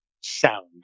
sound